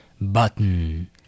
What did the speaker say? button